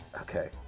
Okay